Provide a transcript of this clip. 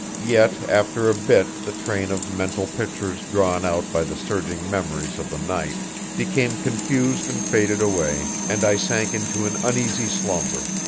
yet after a bit the train of mental pictures drawn out by the surging memories of the night became confused and faded away, and i sank into an uneasy slumber.